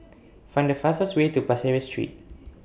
Find The fastest Way to Pasir Ris Street